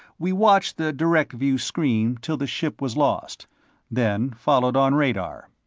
we watched the direct-view screen till the ship was lost then followed on radar.